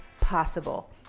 possible